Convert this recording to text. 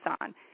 on